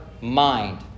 mind